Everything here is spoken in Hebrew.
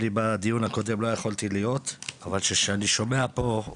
בדיון הקודם לא יכולתי להיות, אבל כשאני שומע את